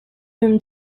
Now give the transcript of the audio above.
whom